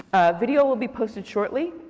video will be posted shortly.